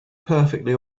perfectly